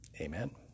amen